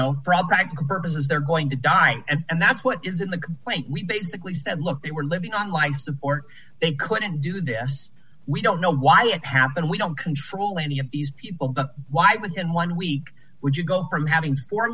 from practical purposes they're going to die and that's what is in the complaint we basically said look they were living on life support they couldn't do this we don't know why it happened we don't control any of these people but why within one week would you go from having four